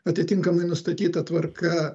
atitinkamai nustatyta tvarka